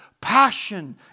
passion